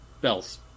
bells